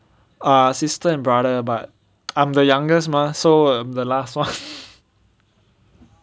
ah sister and brother but I'm the youngest mah so I'm the last one